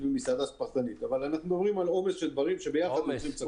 במסעדה פרטנית אבל אנחנו מדברים על עומס של דברים שביחד מהווים סכנה.